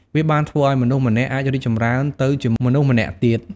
វាបានធ្វើឱ្យមនុស្សម្នាក់អាចរីកចម្រើនទៅជាមនុស្សម្នាក់ទៀត។